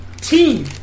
team